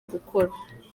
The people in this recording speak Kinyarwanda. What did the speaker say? gukora